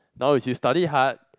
now is if study hard